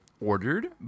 ordered